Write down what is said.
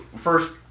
first